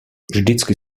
vždycky